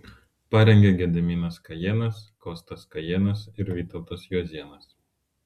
parengė gediminas kajėnas kostas kajėnas ir vytautas juozėnas